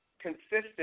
consistent